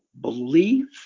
believe